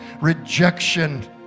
rejection